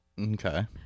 Okay